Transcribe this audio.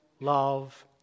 love